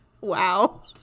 Wow